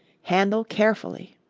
handle carefully.